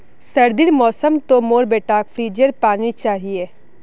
सर्दीर मौसम तो मोर बेटाक फ्रिजेर पानी चाहिए